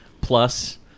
plus